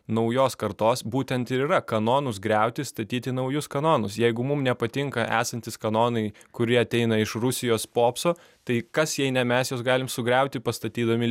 naujos kartos būtent ir yra kanonus griauti statyti naujus kanonus jeigu mum nepatinka esantys kanonai kurie ateina iš rusijos popso tai kas jei ne mes juos galim sugriauti pastatydami